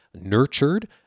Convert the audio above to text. nurtured